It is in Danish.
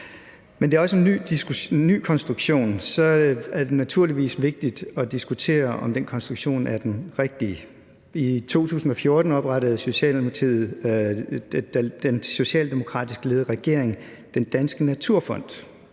Men det er også en ny konstruktion, og så er det naturligvis vigtigt at diskutere, om den konstruktion er den rigtige. I 2014 oprettede den socialdemokratisk ledede regering Den Danske Naturfond.